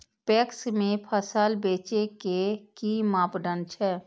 PACS में फसल बेचे के कि मापदंड छै?